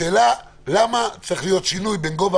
השאלה היא למה צריך להיות שינוי בין גובה